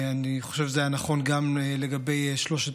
אני חושב שזה היה נכון גם לגבי שלושת